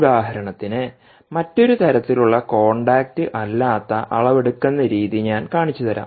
ഉദാഹരണത്തിന് മറ്റൊരു തരത്തിലുള്ള കോൺടാക്റ്റ് അല്ലാത്ത അളവ് എടുക്കുന്ന രീതി ഞാൻ കാണിച്ചുതരാം